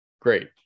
Great